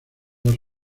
dos